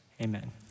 amen